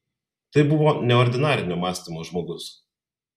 tai buvo neordinarinio mąstymo žmogus